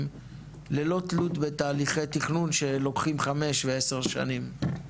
ללא תלות בתהליכי תכנון שלוקחים חמש ועשר שנים?